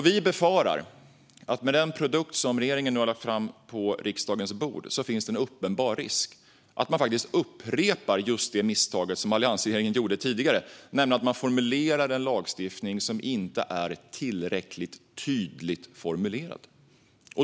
Vi befarar att det finns en uppenbar risk att regeringen med den produkt som nu har lagts fram på riksdagens bord upprepar just det misstag som alliansregeringen gjorde tidigare, nämligen att formulera en lagstiftning som inte är tillräckligt tydligt formulerad.